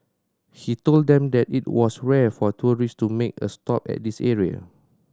he told them that it was rare for tourist to make a stop at this area